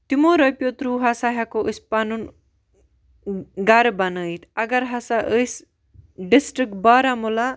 تِمو رۄپیو تھرو ہَسا ہیٚکو أسۍ پَنُن گَرٕ بنٲیِتھ اگر ہَسا أسۍ ڈِسٹرک بارہمولہ